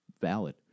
valid